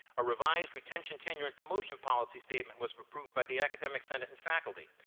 a revised retention tenure and promotion policy statement was approve by the academic senate and faculty.